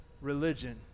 religion